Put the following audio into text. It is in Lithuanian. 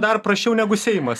dar prasčiau negu seimas